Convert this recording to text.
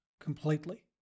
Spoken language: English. completely